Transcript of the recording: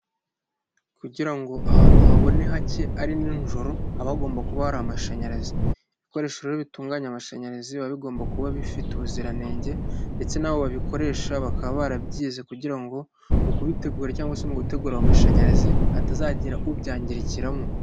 Kugira ngo ahantu habone hake ari nijoro habagomba kuba hari amashanyarazi, ibikoresho rero bitunganya amashanyarazi biba bigomba kuba bifite ubuziranenge ndetse n'abo babikoresha bakaba barabyize kugira ngo mu kubitegura cyangwa se mu gutegura amashanyarazi hatazagira ubyangirikiramo.